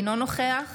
אינו נוכח